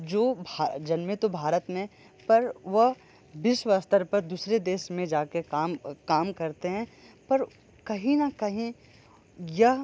जो भा जन्में तो भारत में पर वह विश्व स्तर पर दूसरे देश में जा कर काम काम करते हैं पर कहीं न कहीं यह